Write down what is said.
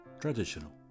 traditional